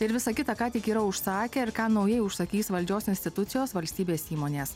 ir visa kita ką tik yra užsakę ir ką naujai užsakys valdžios institucijos valstybės įmonės